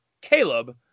Caleb